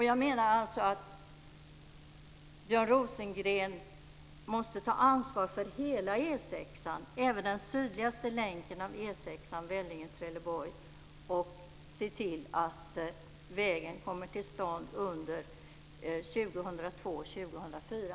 Jag menar alltså att Björn Rosengren måste ta ansvar för hela E 6:an, även den sydligaste länken av E 6:an mellan Vellinge och Trelleborg och se till att vägen kommer till stånd under perioden 2002-2004.